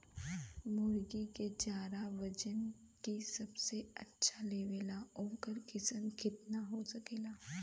मुर्गी के चारा जवन की सबसे अच्छा आवेला ओकर कीमत केतना हो सकेला?